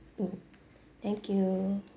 mm thank you